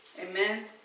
Amen